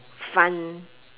fun